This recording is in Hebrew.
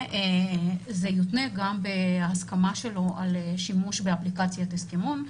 וזה גם יותנה בהסכמה שלו בשימוש באפליקציית ההסכמון,